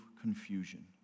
confusion